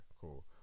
cool